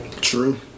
True